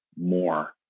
more